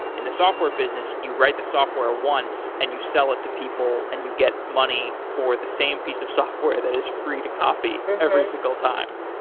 in the software business, you write the software once and you sell it to people and you get money for the same piece of software that is free to copy every single time